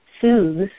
soothes